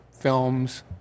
films